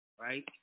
Right